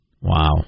Wow